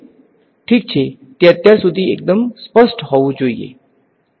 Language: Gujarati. ઠીક છે તે અત્યાર સુધી એકદમ સ્પષ્ટ હોવું જોઈએ